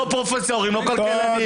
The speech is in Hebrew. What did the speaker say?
אין פרופסורים ואין כלכלנים.